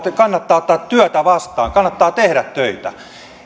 ottaa työtä vastaan kannattaa tehdä töitä